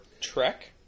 Trek